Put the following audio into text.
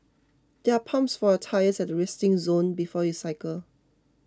there are pumps for your tyres at the resting zone before you cycle